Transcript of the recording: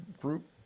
group